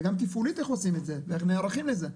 וגם תפעולית איך עושים את זה, איך נערכים לזה.